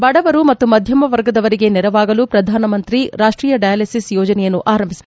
ಬಡವರು ಮತ್ತು ಮಧ್ಯಮವರ್ಗದವರಿಗೆ ನೆರವಾಗಲು ಪ್ರಧಾನಮಂತ್ರಿ ರಾಷ್ವೀಯ ಡಯಾಲಿಸಿಸ್ ಯೋಜನೆಯನ್ನು ಆರಂಭಿಸಲಾಗಿದೆ